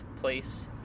place